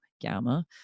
gamma